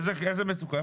איזה מצוקה?